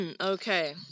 Okay